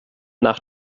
nach